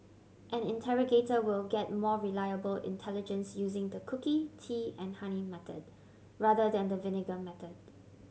an interrogator will get more reliable intelligence using the cookie tea and honey method rather than the vinegar method